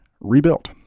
Rebuilt